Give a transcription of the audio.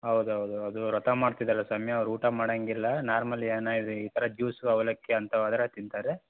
ಹೌದೌದು ಹೌದು ವ್ರತ ಮಾಡ್ತಿದ್ರಲ್ಲ ಸ್ವಾಮಿ ಅವ್ರು ಊಟ ಮಾಡೊಂಗಿಲ್ಲ ನಾರ್ಮಲಿ ಅನ್ನ ಇದೆ ಈ ಥರ ಜ್ಯೂಸು ಅವಲಕ್ಕಿ ಅಂಥವಾದರೆ ತಿಂತಾರೆ